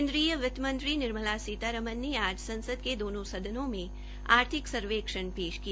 केन्द्रीय वित्तमंत्री निर्मला सीतारमण ने आज संसद के दोनों सदनों में आर्थिक सर्वेक्षण पेश किया